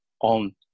on